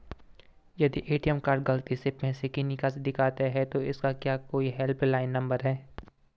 यदि ATM card गलती से पैसे की निकासी दिखाता है तो क्या इसका कोई हेल्प लाइन नम्बर है?